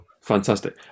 Fantastic